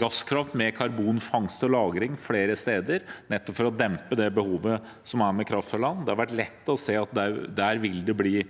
gasskraft med karbonfangst og -lagring flere steder, nettopp for å dempe det behovet man har for kraft fra land. Det har vært lett å se at der vil det bli